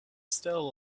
still